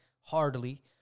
hardly